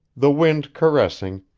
the wind caressing,